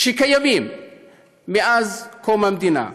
שקיימים מאז קום המדינה,